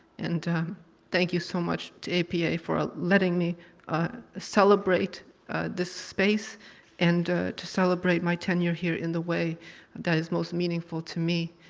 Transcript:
and thank you so much to a p a for letting me celebrate this space and to celebrate my tenure here in the way that is most meaningful to me,